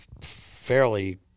fairly